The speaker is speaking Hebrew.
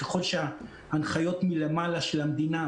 ככל שההנחיות מלמעלה של המדינה,